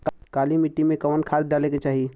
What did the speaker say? काली मिट्टी में कवन खाद डाले के चाही?